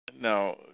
Now